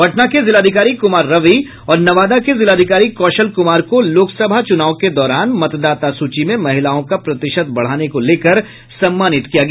पटना के जिलाधिकारी कुमार रवि और नवादा के जिलाधिकारी कौशल कुमार को लोकसभा चूनाव के दौरान मतदाता सूची में महिलाओं का प्रतिशत बढ़ाने को लेकर सम्मानित किया गया